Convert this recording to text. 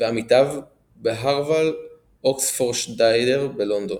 ועמיתיו בהרוואל-אוקספורדשייר שבלונדון.